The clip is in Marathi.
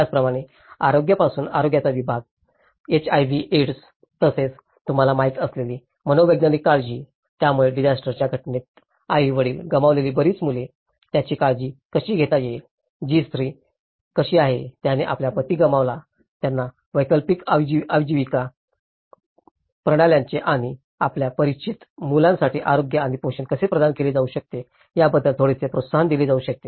त्याचप्रमाणे आरोग्यापासून आरोग्याचा विभाग एचआयव्ही एड्स तसेच तुम्हाला माहित असलेली मनोवैज्ञानिक काळजी त्यामुळे डिजास्टरच्या घटनेत आई वडील गमावलेली बरीच मुले त्यांची काळजी कशी घेता येईल ती स्त्री कशी आहे ज्याने आपल्या पती गमावल्या त्यांना वैकल्पिक आजीविका प्रणाल्यांचे आणि आपल्या परिचित मुलांसाठी आरोग्य आणि पोषण कसे प्रदान केले जाऊ शकते याबद्दल थोडेसे प्रोत्साहन दिले जाऊ शकते